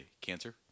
cancer